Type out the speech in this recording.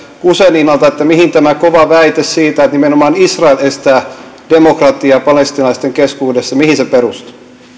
guzeninalta mihin tämä kova väite siitä että nimenomaan israel estää demokratiaa palestiinalaisten keskuudessa perustuu